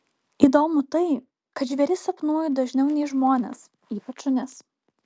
įdomu tai kad žvėris sapnuoju dažniau nei žmones ypač šunis